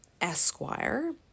esquire